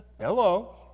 Hello